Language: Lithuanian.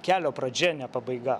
kelio pradžia ne pabaiga